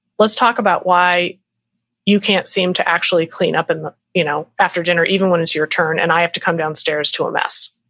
let's talk about why you can't seem to actually clean up and you know after dinner, even when it's your turn and i have to come downstairs to a mess,